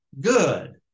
good